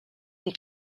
une